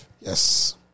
Yes